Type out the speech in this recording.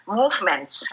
movements